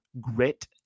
grit